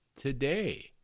today